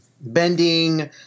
bending